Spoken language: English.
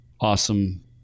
awesome